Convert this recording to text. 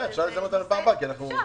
אפשר לזמן אותם.